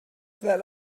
that